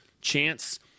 Chance